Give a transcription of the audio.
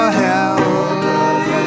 help